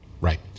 Right